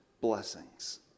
blessings